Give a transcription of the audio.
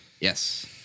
Yes